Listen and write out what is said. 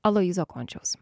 aloyzo končiaus